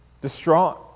distraught